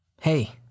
Hey